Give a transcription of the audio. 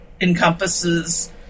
encompasses